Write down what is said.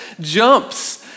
jumps